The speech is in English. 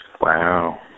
Wow